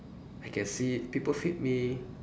I can see people feed me